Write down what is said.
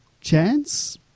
chance